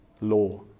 law